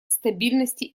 стабильности